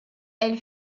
elle